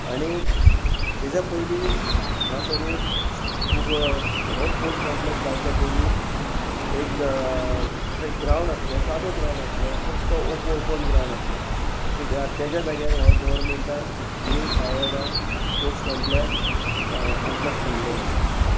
आनी तेज्या पयली हांगासर एक खूब हो स्पोर्ट्स कॉम्प्लेक्स जावच्या पयलीं एक थंय ग्रावंड आसलो सादो ग्राउंड आसलो फक्त ओपो ओपन ग्रावंड आसलो तेज्या जाग्यार हो गोवर्मेंटान नीव सावडा स्पोर्ट्स कॉम्प्लॅक् कॉम्प्लॅक्स बांदलेलो आसा